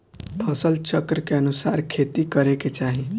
फसल चक्र के अनुसार खेती करे के चाही